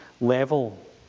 level